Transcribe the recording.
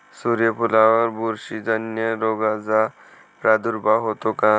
सूर्यफुलावर बुरशीजन्य रोगाचा प्रादुर्भाव होतो का?